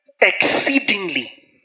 Exceedingly